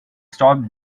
stopped